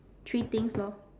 three things lor